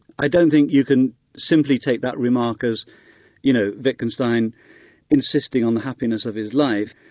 i don't think you can simply take that remark as you know, wittgenstein insisting on the happiness of his life.